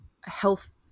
health